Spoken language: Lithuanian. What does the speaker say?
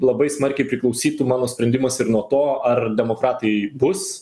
labai smarkiai priklausytų mano sprendimas ir nuo to ar demokratai bus